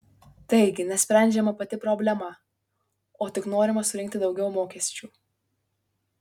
taigi nesprendžiama pati problema o tik norima surinkti daugiau mokesčių